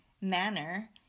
manner